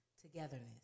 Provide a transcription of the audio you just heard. togetherness